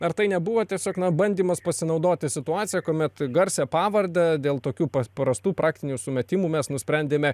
ar tai nebuvo tiesiog bandymas pasinaudoti situacija kuomet garsią pavardę dėl tokių paprastų praktinių sumetimų mes nusprendėme